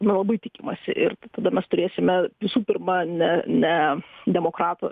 na labai tikimasi ir tada mes turėsime visų pirma ne ne demokratų